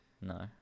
No